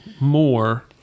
more